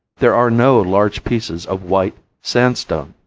there are no large pieces of white sandstone.